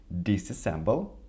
disassemble